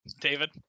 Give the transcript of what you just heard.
David